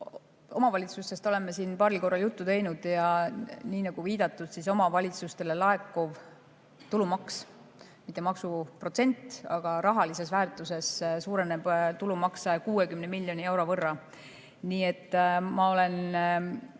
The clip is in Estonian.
Omavalitsustest oleme siin paaril korral juttu teinud ja nagu viidatud, omavalitsustele laekuv tulumaks – mitte maksuprotsent, vaid rahalises väärtuses – kasvab 160 miljoni euro võrra. Nii et ma olen